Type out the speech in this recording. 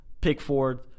Pickford